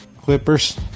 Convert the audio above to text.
Clippers